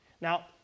Now